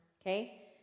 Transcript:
Okay